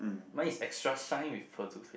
mine is extra shine with pearl toothpaste